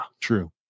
true